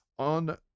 on